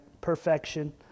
perfection